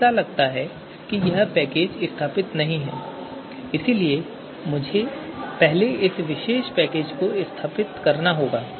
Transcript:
ऐसा लगता है कि यह पैकेज स्थापित नहीं है इसलिए मुझे पहले इस विशेष पैकेज को स्थापित करने दें